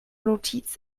notiz